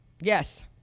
Yes